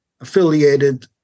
affiliated